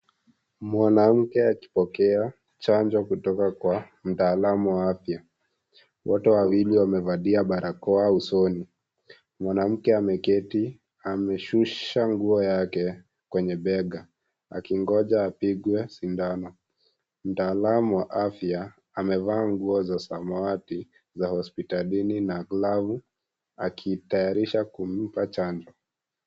Mwanamke akipokea chanjo kutoka kwa mtaalam wa afya. Wote wawili wamevalia barakoa usoni. Mwanamke ameketi, ameshusha nguo yake kwenye bega, akingoja apigwe sindano. Mtaalam wa afya, amevaa nguo za samawati za hospitalini na glovu akitayarisha kumpa chanjo.